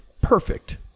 perfect